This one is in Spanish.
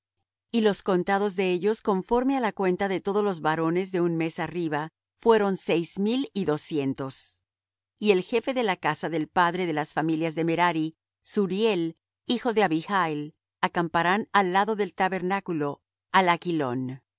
y los contados de ellos conforme á la cuenta de todos los varones de un mes arriba fueron seis mil y doscientos y el jefe de la casa del padre de las familias de merari suriel hijo de abihail acamparán al lado del tabernáculo al aquilón